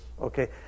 okay